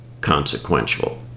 consequential